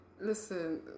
Listen